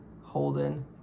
Holden